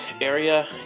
area